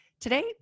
Today